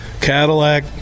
Cadillac